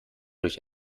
durch